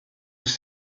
was